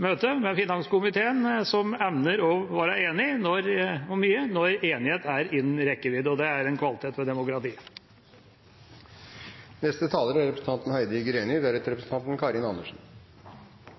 møte, med finanskomiteen, som evner å være enig om mye når enighet er innen rekkevidde. Det er en kvalitet ved demokratiet. Representanten